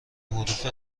حروف